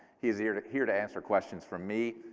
he is here to here to answer questions for me,